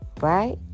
right